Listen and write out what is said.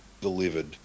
delivered